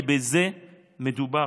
כי בזה מדובר,